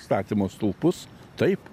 statymo stulpus taip